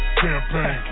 campaign